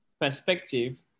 perspective